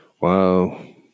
Wow